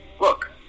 look